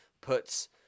puts